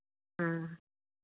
हँ